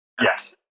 yes